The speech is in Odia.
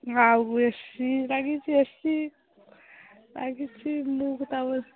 ଆଉ ଏ ସି ଲାଗିଛି ଏ ସି ଲାଗିଛି ମୁଁ ତା' ବୋଲି